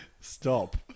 Stop